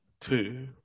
two